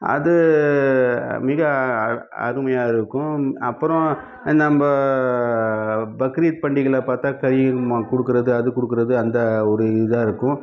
அது மிக அருமையாக இருக்கும் அப்புறம் நம்ம பக்ரீத் பண்டிகையில் பார்த்தா தயிர் கொடுக்குறது அது கொடுக்குறது அந்த ஒரு இதாக இருக்கும்